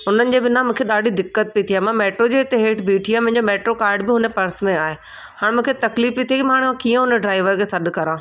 हुननि जे बिना मूंखे ॾाढी दिक़त पई थिए मां मैटिरो जे हेठि बीठी आहियां मुंहिंजो मैटिरो कार्ड बि हुन पर्स में आहे हाणे मूंखे तकलीफ़ पई थिए मां कीअं हुन ड्राईवर खे सॾु करां